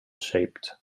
shaped